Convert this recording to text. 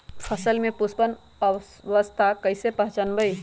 फसल में पुष्पन अवस्था कईसे पहचान बई?